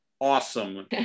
awesome